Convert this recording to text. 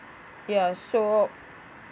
ya so